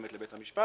מוקדמת לבית המשפט.